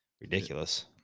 ridiculous